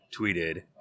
tweeted